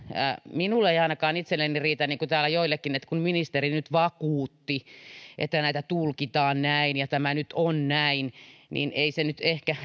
minulle ei ainakaan itselleni riitä niin kuin täällä joillekin että ministeri nyt vakuutti että näitä tulkitaan näin ja tämä nyt on näin ei se nyt ehkä